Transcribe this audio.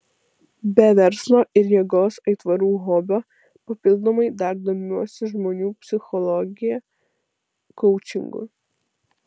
be verslo ir jėgos aitvarų hobio papildomai dar domiuosi žmonių psichologija koučingu